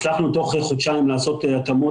הצלחנו תוך חודשיים לעשות התאמות